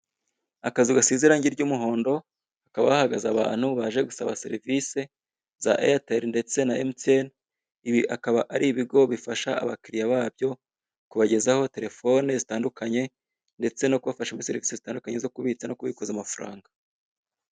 Akazu gasize irange ry'umuhondo hakaba hahagaze abantu baje gusaba serivise za eyateri ndetse na emutiyeni ibi akaba ari ibigo bifasha abakiriya babyo kubagezaho telefone zitandukanye ndetse no kubafasha muri serivise zitandukanye zo kubitsa no kubikura amafaranga.